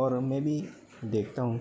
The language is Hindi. और उनमें भी देखता हूँ